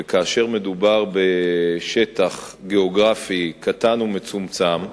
וכאשר מדובר בשטח גיאוגרפי קטן ומצומצם,